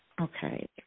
okay